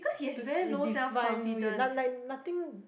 to we define we none none like nothing